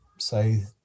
say